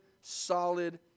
solid